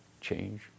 change